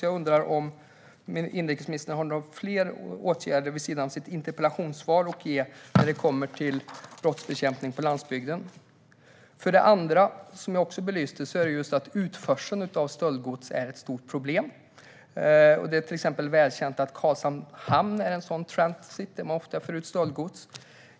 Jag undrar om inrikesministern har några fler åtgärder vid sidan av dem han nämnde i sitt interpellationssvar att berätta om när det gäller brottsbekämpning på landsbygden. För det andra är, som jag belyste, utförseln av stöldgods ett stort problem. Det är till exempel välkänt att Karlshamns hamn är en transithamn där man ofta för ut stöldgods.